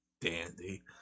dandy